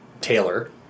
Taylor